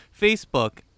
Facebook